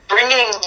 bringing